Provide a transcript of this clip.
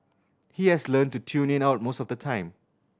he has learnt to tune it out most of the time